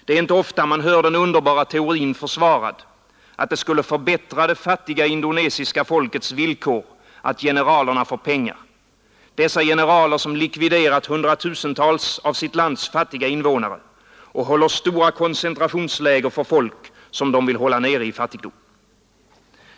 Det är inte ofta man hör den underbara teorin försvarad, att det skulle förbättra det fattiga indonesiska folkets villkor att generalerna får pengar — dessa generaler som likviderat hundratusentals av sitt lands fattiga invånare och håller stora koncentrationsläger för folk som de vill hålla nere i fattigdom.